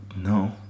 No